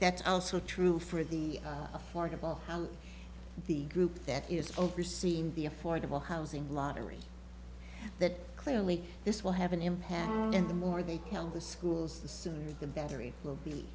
that's also true for the affordable housing the group that is overseeing the affordable housing lottery that clearly this will have an impact and the more they can help the schools the sooner the better it will be